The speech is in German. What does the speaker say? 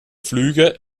flüge